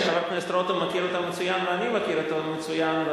שחבר הכנסת רותם מכיר אותם מצוין ואני מכיר אותם מצוין,